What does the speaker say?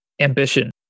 ambition